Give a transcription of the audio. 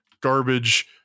garbage